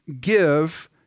give